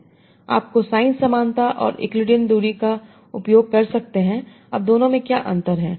2 आप कोसाइन समानता और यूक्लिडियन दूरी का उपयोग कर सकते हैं अब दोनों में क्या अंतर है